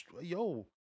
yo